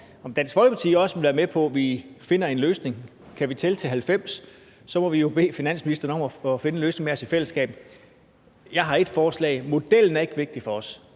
om Dansk Folkeparti også vil være med på, at vi finder en løsning. Kan vi tælle til 90, må vi jo bede finansministeren om at finde en løsning med os i fællesskab. Jeg har et forslag, men modellen er ikke vigtig for os.